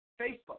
Facebook